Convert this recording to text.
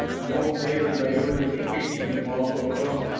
a moment later they heard him speaking the mongol tongue,